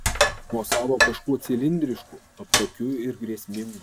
mosavo kažkuo cilindrišku aptakiu ir grėsmingu